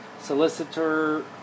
solicitor